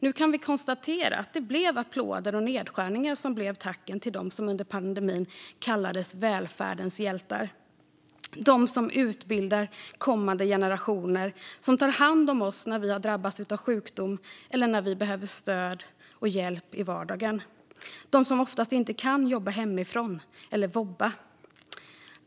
Nu kan vi konstatera att det var applåder och nedskärningar som blev tacken till dem som under pandemin kallades välfärdens hjältar - de som utbildar kommande generationer och tar hand om oss när vi drabbats av sjukdom eller när vi behöver stöd och hjälp i vardagen. De kan oftast inte jobba hemifrån eller vobba.